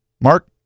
Mark